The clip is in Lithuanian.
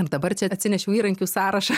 dabar čia atsinešiau įrankių sąrašą